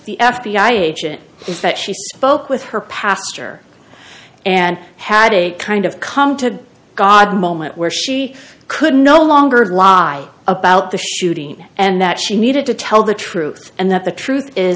the f b i agent is that she spoke with her pastor and had a kind of come to god moment where she could no longer lie about the shooting and that she needed to tell the truth and that the truth is